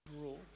rule